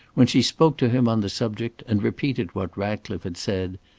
when she spoke to him on the subject, and repeated what ratcliffe had said,